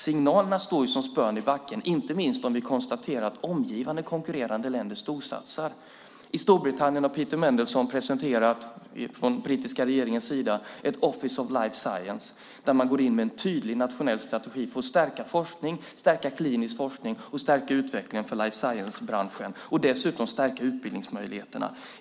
Signalerna står som spön i backen, inte minst om vi konstaterar att omgivande konkurrerande länder storsatsar. I Storbritannien har Peter Mandelson från den brittiska regeringens sida presenterat Office for Life Sciences. Där går man in med en tydlig nationell strategi för att stärka forskningen, den kliniska forskningen och utvecklingen för life science-branschen. Dessutom stärker man utbildningsmöjligheterna.